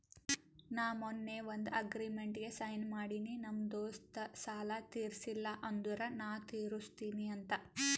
ನಾ ಮೊನ್ನೆ ಒಂದ್ ಅಗ್ರಿಮೆಂಟ್ಗ್ ಸೈನ್ ಮಾಡಿನಿ ನಮ್ ದೋಸ್ತ ಸಾಲಾ ತೀರ್ಸಿಲ್ಲ ಅಂದುರ್ ನಾ ತಿರುಸ್ತಿನಿ ಅಂತ್